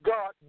God